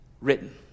written